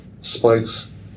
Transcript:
spikes